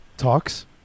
Talks